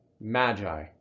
Magi